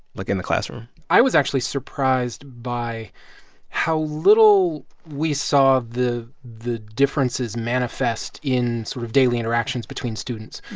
like, in the classroom? i was actually surprised by how little we saw the the differences manifest in sort of daily interactions between students.